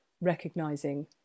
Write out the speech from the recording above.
recognizing